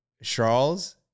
Charles